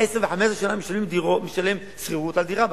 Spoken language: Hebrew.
משלמים עשר ו-15 שנה שכירות על דירה,